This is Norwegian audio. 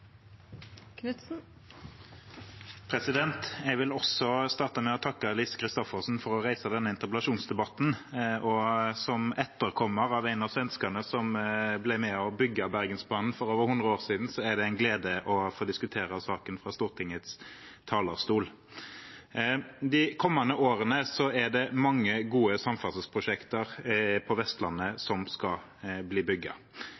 heile landet. Jeg vil også starte med å takke Lise Christoffersen for å reise denne interpellasjonsdebatten, og som etterkommer etter en av svenskene som var med på å bygge Bergensbanen for over hundre år siden, er det en glede å få diskutere saken fra Stortingets talerstol. De kommende årene er det mange gode samferdselsprosjekter på Vestlandet som skal bli